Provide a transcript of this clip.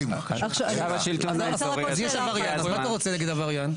אז מה אתה רוצה להגיד עבריין?